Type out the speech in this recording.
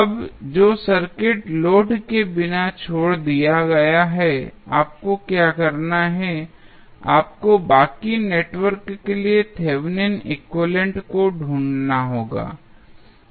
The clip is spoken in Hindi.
अब जो सर्किट लोड के बिना छोड़ दिया गया है आपको क्या करना है आपको बाकी नेटवर्क के लिए थेवेनिन एक्विवैलेन्ट Thevenins equivalent को ढूंढना होगा